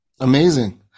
Amazing